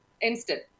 instant